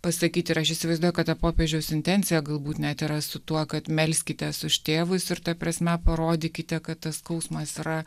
pasakyti ir aš įsivaizduoju kad ta popiežiaus intencija galbūt net yra su tuo kad melskitės už tėvus ir ta prasme parodykite kad tas skausmas yra